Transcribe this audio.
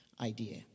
idea